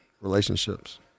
Relationships